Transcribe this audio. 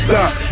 Stop